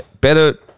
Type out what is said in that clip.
Better